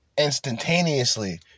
instantaneously